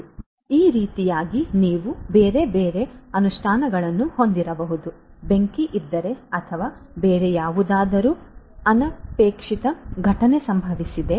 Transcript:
ಆದ್ದರಿಂದ ಈ ರೀತಿಯಾಗಿ ನೀವು ಬೇರೆ ಬೇರೆ ಅನುಷ್ಠಾನಗಳನ್ನು ಹೊಂದಿರಬಹುದು ಬೆಂಕಿ ಇದ್ದರೆ ಅಥವಾ ಬೇರೆ ಯಾವುದಾದರೂ ಅನಪೇಕ್ಷಿತ ಘಟನೆ ಸಂಭವಿಸಿದೆ ಎಂದು ಹೇಳೋಣ